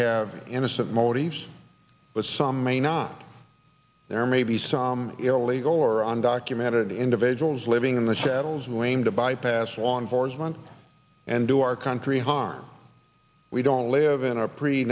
have innocent motives but some may not there may be some illegal or undocumented individuals living in the channels willing to bypass law enforcement and do our country harm we don't live in a pre